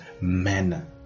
manner